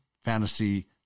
Fantasy